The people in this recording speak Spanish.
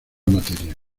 materia